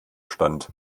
stand